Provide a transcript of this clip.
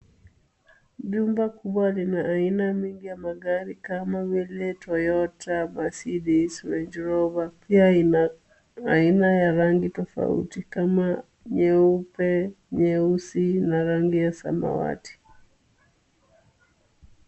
Jumba kubwa lina aina mingi ya magari kama vile Toyota, Mercedes, Range Rover. Pia ina aina ya rangi tofauti kama nyeupe, nyeusi na rangi ya samawati.